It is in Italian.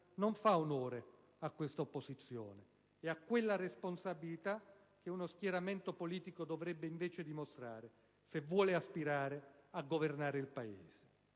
non fa onore a questa opposizione e a quella responsabilità che uno schieramento politico dovrebbe invece dimostrare, se vuole aspirare a governare il Paese.